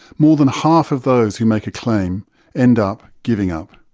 more than half of those who make a claim end up giving up.